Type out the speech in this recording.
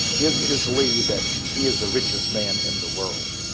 yeah it is believed that he is the richest man in the world,